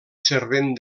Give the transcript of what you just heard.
servent